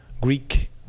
Greek